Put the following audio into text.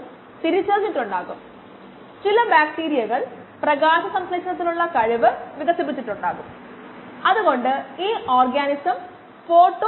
5ln 2t 10